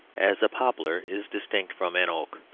as a poplar is distinct from an oak,